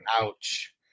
Ouch